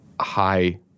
high